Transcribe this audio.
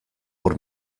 hor